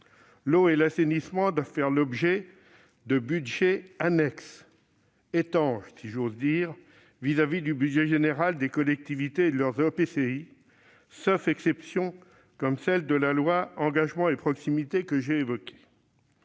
L'eau et l'assainissement doivent faire l'objet de budgets annexes, « étanches »- si j'ose dire -par rapport au budget général des collectivités et de leurs EPCI, sauf exception, comme celle qui est prévue par la loi Engagement et proximité que j'ai évoquée.